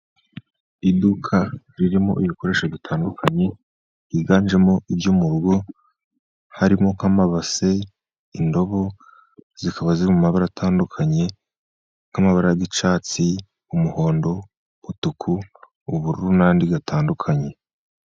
Iduka ririmo ibikoresho bitandukanye, byiganjemo ibyo mu rugo harimo nk'amabase, indobo, zikaba ziri mu mabara atandukanye nk'amabara y'icyatsi, umuhondo, umutuku, ubururu n'andi atandukanye.